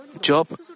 Job